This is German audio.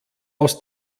aus